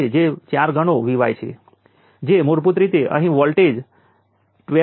તો ચાલો કહીએ કે આપણે આ ચોક્કસ પોઈન્ટને લઈએ છીએ